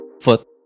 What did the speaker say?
Foot